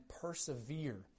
persevere